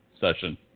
session